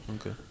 okay